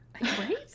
Right